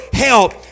Help